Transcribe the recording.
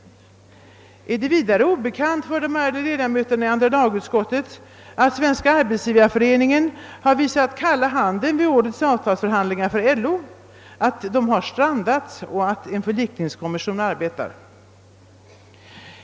Är det vidare obekant för de ärade ledamöterna i andra lagutskottet att Svenska arbetsgivareföreningen viftat med kalla handen mot LO vid årets avtalsförhandlingar, att dessa strandat och att en förlikningskommission arbetar?